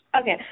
Okay